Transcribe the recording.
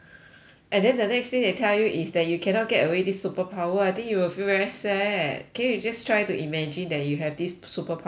and then the next thing they tell you is that you cannot get away this superpower I think you will feel very sad can you just try to imagine that you have this superpower now